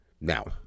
Now